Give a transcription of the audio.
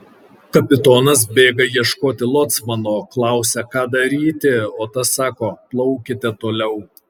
kapitonas bėga ieškoti locmano klausia ką daryti o tas sako plaukite toliau